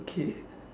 okay